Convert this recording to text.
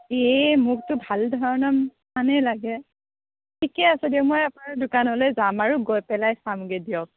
এই মোকতো ভাল ধৰণৰ লাগে ঠিকে আছে দিয়ক মই আপোনাৰ দোকানলৈ যাম বাৰু গৈ পেলাই চামগৈ দিয়ক